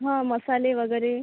हा मसाले वगैरे